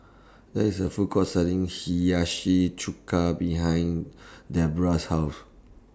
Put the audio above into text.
There IS A Food Court Selling Hiyashi Chuka behind Deborah's House